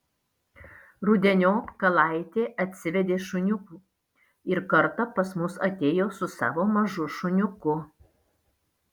rudeniop kalaitė atsivedė šuniukų ir kartą pas mus atėjo su savo mažu šuniuku